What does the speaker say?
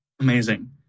Amazing